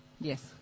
Yes